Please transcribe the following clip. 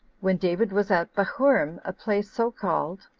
when david was at bahurim, a place so called,